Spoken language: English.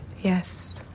Yes